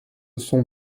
sont